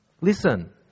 Listen